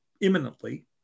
imminently